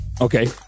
Okay